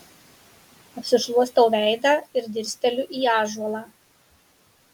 apsišluostau veidą ir dirsteliu į ąžuolą